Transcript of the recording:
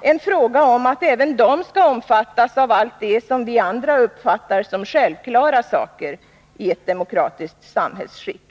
Det är en fråga om att även de skall omfattas av allt som vi andra uppfattar som självklara saker i ett demokratiskt samhällsskick.